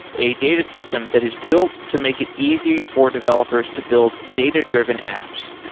a data system that is built to make it easy for developers to build data-driven apps.